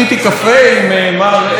מסתבר שלא רק קפה,